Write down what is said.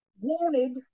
wanted